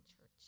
church